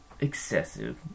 excessive